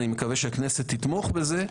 אני מקווה שהכנסת תתמוך בזה.